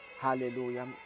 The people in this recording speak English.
Hallelujah